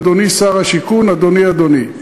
אדוני שר הבינוי והשיכון,